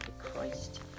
Christ